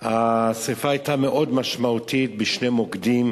השרפה היתה מאוד משמעותית בשני מוקדים,